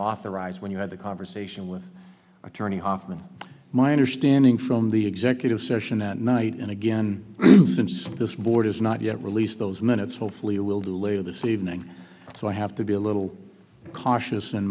authorize when you had a conversation with attorney hoffman my understanding from the executive session that night and again since this board has not yet released those minutes hopefully it will be later this evening so i have to be a little cautious in